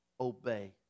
obey